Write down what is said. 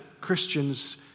Christians